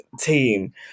team